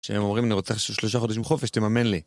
שהם אומרים אני רוצה עכשיו שלושה חודשים חופש, תממן לי.